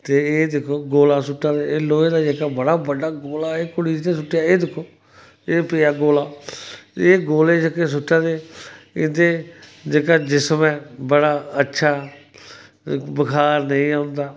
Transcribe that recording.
ते एह् दिखो गोला सूट्टा दे लोहे दे बढ़ा बड़्ड़ा गोला कुड़ी ने एह् सुट्टेआ एह् दिक्खो पेआ गोला एह् गोले जेह्के सूट्टा दे इंदा जेहका जिस्म ऐ बढ़ा अच्छा बुखार नेईं होंदा